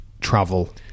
travel